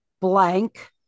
blank